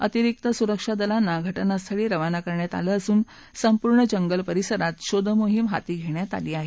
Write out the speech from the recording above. अतिरिक्त सुरक्षा दलांना घटना स्थळी रवाना करण्यात आलं असून संपूर्ण जंगल परिसरात शोध मोहिम हाती घेण्यात आली आहे